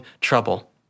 trouble